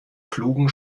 klugen